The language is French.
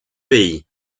pays